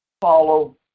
follow